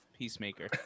Peacemaker